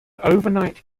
overnight